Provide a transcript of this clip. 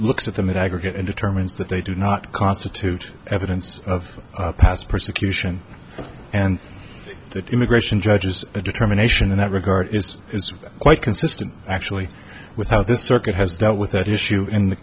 look at them in aggregate and determines that they do not constitute evidence of past persecution and the immigration judges determination in that regard is quite consistent actually with how this circuit has dealt with that issue in the